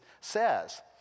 says